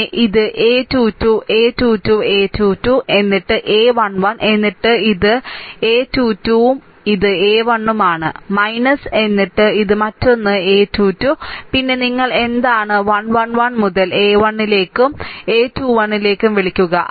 പിന്നെ ഇത് a 2 2 a 2 2 a 2 2 എന്നിട്ട് a1 1 എന്നിട്ട് ഇത് 2 2 a 2 2 ഉം ഇത് a1 1 ഉം ആണ് എന്നിട്ട് ഇത് മറ്റൊന്ന്a 2 2 പിന്നെ നിങ്ങൾ എന്താണ് 111 മുതൽ a 1 ലേക്ക് ഉം a21 ലേക്ക് ഉം വിളിക്കുക